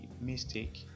mistake